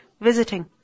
visiting